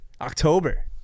October